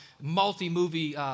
multi-movie